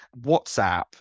WhatsApp